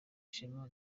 ishema